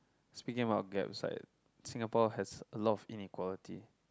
speaking about gaps like Singapore has a lot of inequality